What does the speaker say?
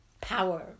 power